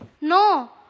No